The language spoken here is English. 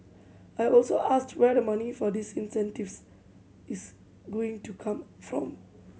I also asked where the money for these incentives is going to come from